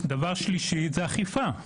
דבר שלישי הוא אכיפה.